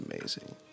amazing